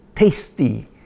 Tasty